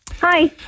Hi